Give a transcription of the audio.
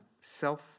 self